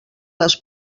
les